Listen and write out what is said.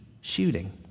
shooting